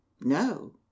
no